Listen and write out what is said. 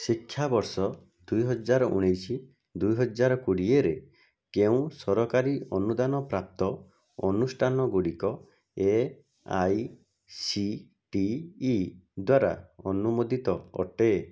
ଶିକ୍ଷାବର୍ଷ ହୁଇ ହଜାର ଉଣେଇଶି ହୁଇ ହଜାର କୋଡ଼ିଏରେ କେଉଁ ସରକାରୀ ଅନୁଦାନ ପ୍ରାପ୍ତ ଅନୁଷ୍ଠାନଗୁଡ଼ିକ A I C T E ଦ୍ଵାରା ଅନୁମୋଦିତ ଅଟେ